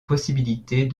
possibilités